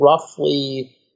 roughly